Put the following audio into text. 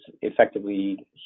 effectively